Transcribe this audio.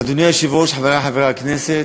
אדוני היושב-ראש, חברי חברי הכנסת,